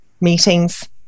meetings